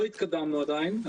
לא התקדמנו עדיין.